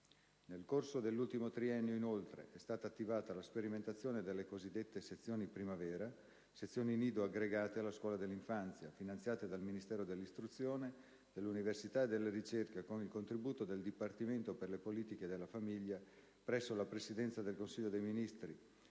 Nel corso dell'ultimo triennio inoltre è stata attivata la sperimentazione delle cosiddette sezioni primavera - sezioni nido aggregate alla scuola dell'infanzia - finanziate dal Ministero dell'istruzione, dell'università e della ricerca con il contributo del Dipartimento per le politiche della famiglia presso la Presidenza del Consiglio dei ministri